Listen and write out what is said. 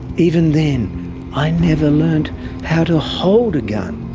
even then i never learnt how to hold a gun,